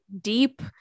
deep